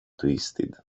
twisted